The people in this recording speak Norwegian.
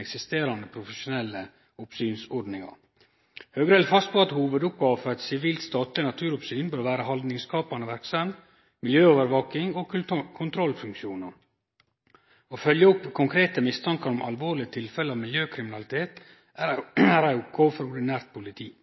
eksisterande profesjonelle oppsynsordningar. Høgre held fast ved at hovudoppgåva for eit sivilt statleg naturoppsyn bør vere ei haldningsskapande verksemd, med miljøovervaking og kontrollfunksjonar. Å følgje opp konkrete mistankar om alvorlege tilfelle av miljøkriminalitet er ei oppgåve for det ordinære politiet.